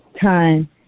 time